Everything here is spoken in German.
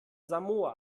samoa